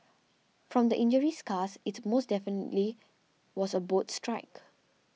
from the injury scars it most definitely was a boat strike